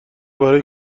برای